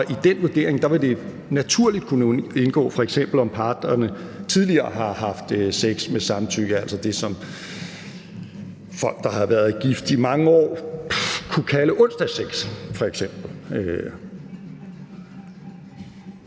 og i den vurdering vil det naturligt kunne indgå, f.eks. om parterne tidligere har haft sex med samtykke, altså det, som folk, der har været gift i mange år, kunne kalde onsdagssex,